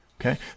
Okay